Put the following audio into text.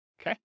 Okay